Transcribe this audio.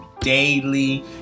daily